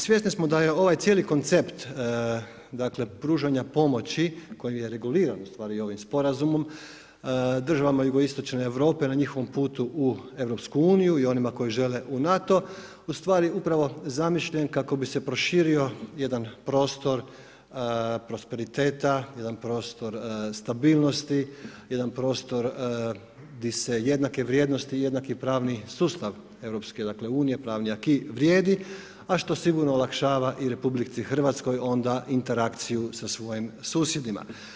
Svjesni smo da je ovaj cijeli koncept dakle, pružanja pomoći koji je reguliran u stvari ovim sporazumom državama jugoistočne Europe u njihovom putu u EU i onima koji žele u NATO ustvari upravo zamišljen kako bi se proširio jedan prostor prosperiteta, jedan prostor stabilnosti, jedan prostor di se jednake vrijednosti i jednaki pravni sustav EU, pravni aki vrijedi, a što sigurno olakšava i RH onda interakciju sa svojim susjedima.